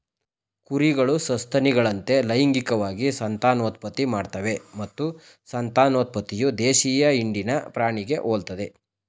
ಕುರಿಗಳು ಸಸ್ತನಿಗಳಂತೆ ಲೈಂಗಿಕವಾಗಿ ಸಂತಾನೋತ್ಪತ್ತಿ ಮಾಡ್ತವೆ ಮತ್ತು ಸಂತಾನೋತ್ಪತ್ತಿಯು ದೇಶೀಯ ಹಿಂಡಿನ ಪ್ರಾಣಿಗೆ ಹೋಲ್ತದೆ